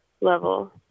level